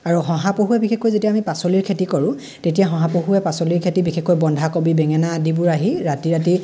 আৰু শহা পহুৱে বিশেষকৈ যেতিয়া আমি পাচলিৰ খেতি কৰোঁ তেতিয়া শহা পহুৱে পাচলিৰ খেতি বিশেষকৈ বন্ধাকবি বেঙেনা আদিবোৰ আহি ৰাতি ৰাতি